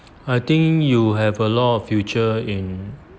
I think you have a lot of future in